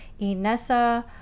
inessa